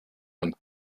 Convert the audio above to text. und